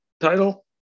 title